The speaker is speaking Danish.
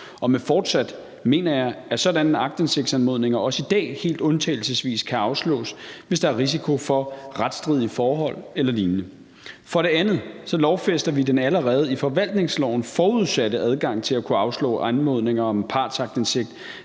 og med »fortsat« mener jeg, at sådanne aktindsigtsanmodninger også i dag helt undtagelsesvis kan afslås, hvis der er risiko for retsstridige forhold eller lignende. For det andet lovfæster vi den allerede i forvaltningsloven forudsatte adgang til at kunne afslå anmodninger om en partsaktindsigt,